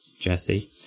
Jesse